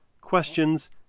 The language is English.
questions